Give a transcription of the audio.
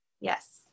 Yes